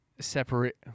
Separate